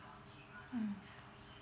mm